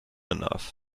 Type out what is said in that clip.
enough